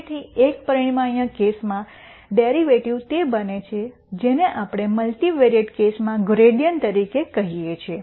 તેથી એક પરિમાણીય કેસમાં ડેરિવેટિવ તે બને છે જેને આપણે મલ્ટિવિએટ કેસમાં ગ્રૈડીઅન્ટ તરીકે કહીએ છીએ